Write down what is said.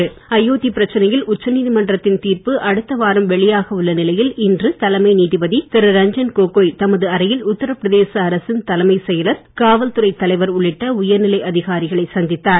உத்தரபிரதேசம் அயோத்தி பிரச்சனையில் உச்சநீதிமன்றத்தின் தீர்ப்பு அடுத்த வாரம் வெளியாக உள்ள நிலையில் இன்று தலைமை நீதிபதி திரு ரஞ்சன் கோகோய் தமது அறையில் உத்தரபிரதேச அரசின் தலைமைச் செயலர் காவல்துறை தலைவர் உள்ளிட்ட உயர்நிலை அதிகாரிகளை சந்தித்தார்